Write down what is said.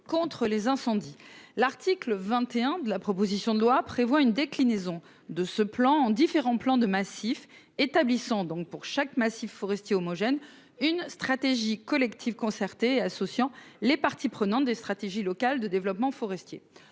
contre les incendies, l'article 21 de la proposition de loi prévoit une déclinaison de ce plan en différents plans de massifs établissant donc pour chaque massifs forestiers homogène. Une stratégie collective concertée associant les parties prenantes des stratégies locales de développement forestier